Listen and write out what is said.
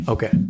Okay